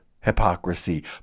hypocrisy